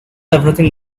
everything